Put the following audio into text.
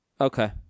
okay